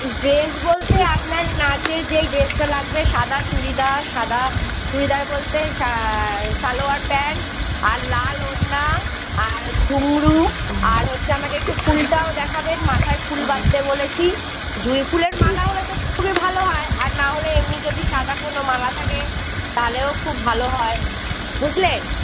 dress বলতে আপনার নাচের যেই ড্রেসটা লাগবে সাদা চুড়িদার সাদা চুড়িদার বলতে সা সালোয়ার প্যান্ট আর লাল ওড়না আর ঘুঙরু আর হচ্ছে আমাকে একটু ফুলটাও দেখাবেন মাথায় ফুল বাঁধতে বলেছি জুই ফুলের মালা হলে তো খুবই ভালো হয় আর না হলে এমনই যদি সাদা কোনো মালা থাকে তাহলেও খুব ভালো হয় বুঝলেন